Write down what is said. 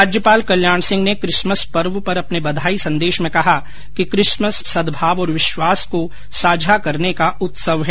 राज्यपाल कल्याण सिंह ने किसमस पर्व पर अपने बधाई संदेश में कहा कि किसमस सदभाव और विश्वास को साझा करने का उत्सव है